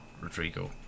Rodrigo